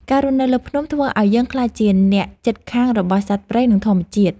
ការរស់នៅលើភ្នំធ្វើឱ្យយើងក្លាយជាអ្នកជិតខាងរបស់សត្វព្រៃ និងធម្មជាតិ។